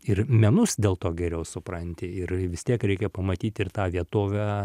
ir menus dėl to geriau supranti ir vis tiek reikia pamatyti ir tą vietovę